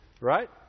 Right